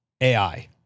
AI